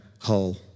whole